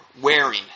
wearing